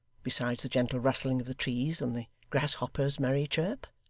besides the gentle rustling of the trees and the grasshopper's merry chirp?